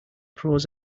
pros